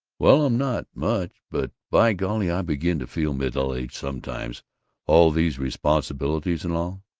well, i'm not much. but by golly i begin to feel middle-aged sometimes all these responsibilities and all. oh,